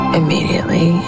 immediately